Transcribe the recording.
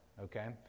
Okay